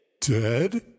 Dead